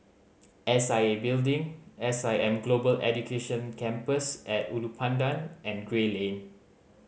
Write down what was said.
S I A Building S I M Global Education Campus At Ulu Pandan and Gray Lane